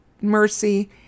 mercy